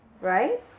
right